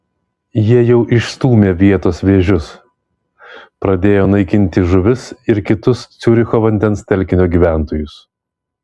jie jau išstūmė vietos vėžius pradėjo naikinti žuvis ir kitus ciuricho vandens telkinio gyventojus